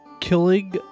killing